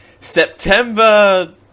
September